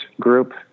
group